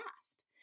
past